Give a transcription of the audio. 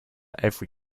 every